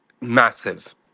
massive